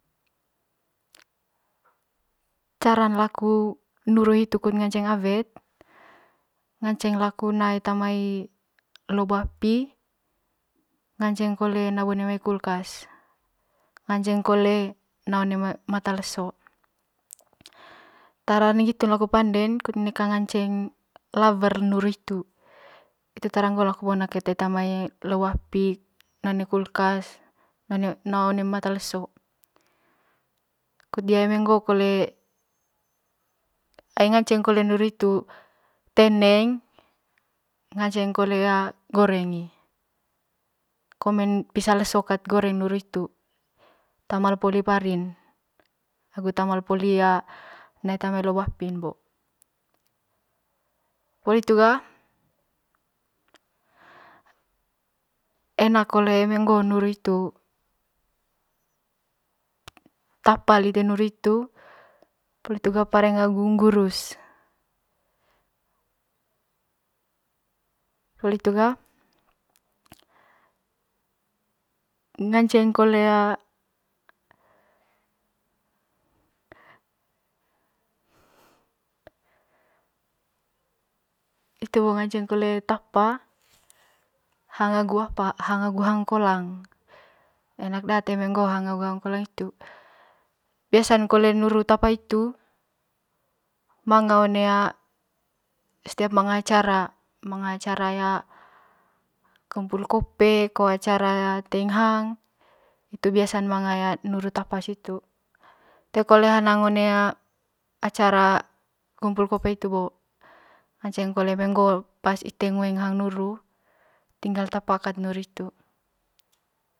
Caran laku nuru hitu kut nganeng awet ngaceng laku na eta mai lobo api ngaceng kole na bone mai kulkas ngaceng kole na one mata leso tara ne ngitun laku panden kut neka lawer nuru hitu tara ngoon laku na beta mai lobo api na one kulkas na one mata leso kut diia eme ngo kole ai ngaceng kole nuru hitu teneng ngace kole goreng i komen pisa leso kat goreng nuru hitu tamal poli parin agu tamal na beta mai nuru apin bo poli hitu ga enakkole nuru hitu tapa lite nuru hitu polo hitu ga pareng agu ngurus poli hitu ga ngaceng kole hitu bo ngaceng kole tapa hang agu apa hang agu hang kolang, biasan kole nuru tapa hitu manga one setiap manga acara manga acara kumpul kope ko acara reing hang nitu biasan manga nuru tapa situ te kole hanang one acara kumpul kope hitu bo ngaceng kole ite eme pas ngoeng hang nuru tingal tapa ket nuru hitu.